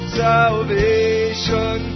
salvation